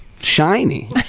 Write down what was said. shiny